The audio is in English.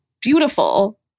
Beautiful